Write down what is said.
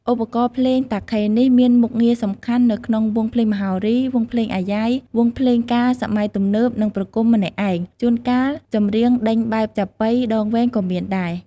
ឧបករណ៍ភ្លេងតាខេនេះមានមុខងារសំខាន់នៅក្នុងវង់ភ្លេងមហោរី, វង់ភ្លេងអាយ៉ៃ, វង់ភ្លេងការសម័យទំនើប និងប្រគំម្នាក់ឯង ជួនកាលចំរៀងដេញបែបចាប៉ីដងវែងក៏មានដែរ។